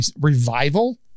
revival